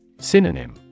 Synonym